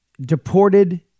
deported